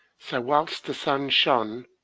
so, whilst the sun shone,